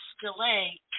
delay